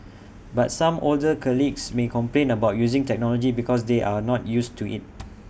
but some older colleagues may complain about using technology because they are not used to IT